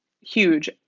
huge